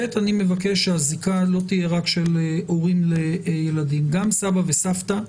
אני גם מבקש שהזיקה לא תהיה רק של הורים לילדים אלא גם סבא וסבתא.